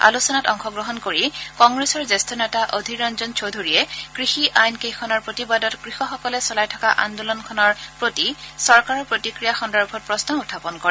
আলোচনাত অংশগ্ৰহণ কৰি কংগ্ৰেছৰ জ্যেষ্ঠ নেতা অধীৰ ৰঞ্জন চৌধুৰীয়ে কৃষি আইন কেইখনৰ প্ৰতিবাদত কৃষকসকলে চলাই থকা আন্দোলনৰ প্ৰতি চৰকাৰৰ প্ৰতিক্ৰিয়া সন্দৰ্ভত প্ৰশ্ন উত্থাপন কৰে